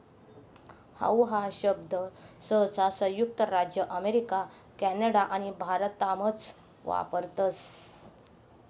how शब्द सहसा संयुक्त राज्य अमेरिका कॅनडा आणि भारतमाच वापरतस